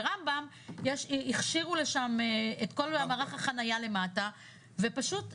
ברמב"ם הכשירו לשם את כל מערך החנייה למטה ופשוט זהו,